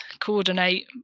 coordinate